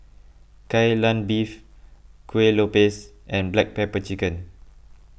Kai Lan Beef Kuih Lopes and Black Pepper Chicken